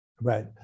Right